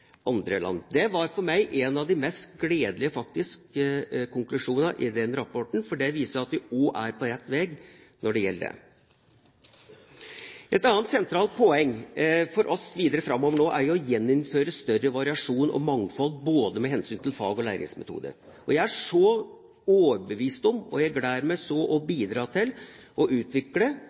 andre land. Dette var for meg en av de mest gledelige konklusjoner i den rapporten, for det viser at vi også er på rett veg når det gjelder dette. Et annet sentralt poeng for oss videre framover er å gjeninnføre større variasjon og mangfold, både med hensyn til fag og læringsmetode. Jeg gleder meg så over å bidra til å utvikle